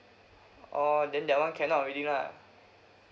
orh then that one cannot already lah